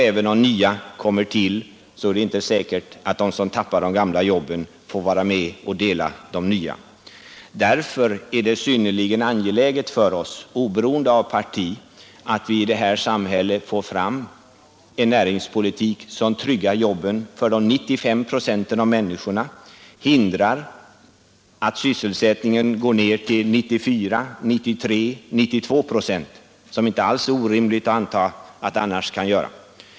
Även om nya arbeten kommer till är det inte säkert att de som tappar de gamla får vara med och dela de nya. Därför är det synnerligen angeläget för oss, oberoende av partitillhörighet, att vi i det här samhället får fram en näringspolitik som tryggar jobben för de 95 procenten av människorna och hindrar att sysselsättningen går ner till 94, 93 eller 92 procent, vilket inte alls är något orimligt antagande.